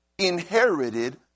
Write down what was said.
inherited